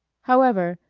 however,